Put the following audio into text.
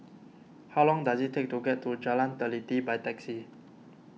how long does it take to get to Jalan Teliti by taxi